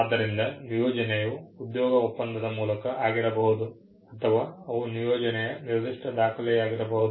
ಆದ್ದರಿಂದ ಒಂದು ನಿಯೋಜನೆಯು ಉದ್ಯೋಗ ಒಪ್ಪಂದದ ಮೂಲಕ ಆಗಿರಬಹುದು ಅಥವಾ ಅವು ನಿಯೋಜನೆಯ ನಿರ್ದಿಷ್ಟ ದಾಖಲೆಯಾಗಿರಬಹುದು